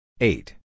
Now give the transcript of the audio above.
Eight